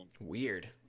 Weird